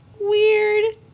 weird